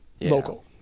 local